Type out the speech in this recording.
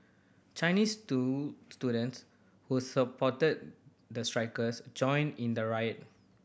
Chinese students who supported the strikers joined in the riot